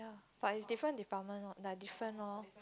but is different department lor like different lor